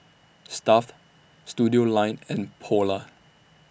Stuff'd Studioline and Polar